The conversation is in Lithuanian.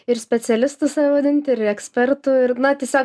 ir specialistu save vadinti ir ekspertu ir na tiesiog